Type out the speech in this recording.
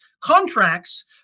contracts